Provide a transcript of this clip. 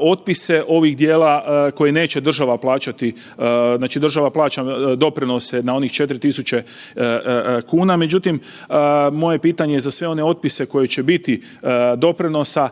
otpise ovih dijela koji neće država plaćati, znači država plaća doprinose na onih 4.000 kuna, međutim moje pitanje za sve one otpise koje će biti doprinosa